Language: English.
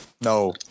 no